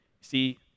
See